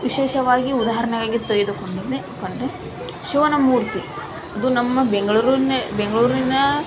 ವಿಶೇಷವಾಗಿ ಉದಾಹರಣೆಯಾಗಿ ತೆಗೆದುಕೊಂಡರೆ ಕೊಂಡರೆ ಶಿವನಮೂರ್ತಿ ಅದು ನಮ್ಮ ಬೆಂಗ್ಳೂರಿನ ಬೆಂಗಳೂರಿನ